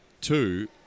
Two